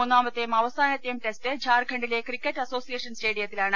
മൂന്നാമത്തെയും അവസാനത്തെയും ടെസ്റ്റ് ഝാർഖണ്ഡിലെ ക്രിക്കറ്റ് അസോസി യേഷൻ സ്റ്റേഡിയത്തിലാണ്